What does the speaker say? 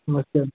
okay